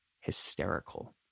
hysterical